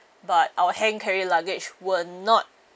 but our hand carry luggage were not